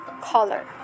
color